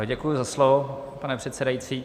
Děkuji za slovo, pane předsedající.